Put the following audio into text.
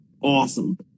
awesome